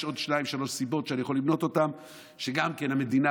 יש עוד שתיים-שלוש סיבות שאני יכול למנות שגם איתן המדינה